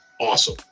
awesome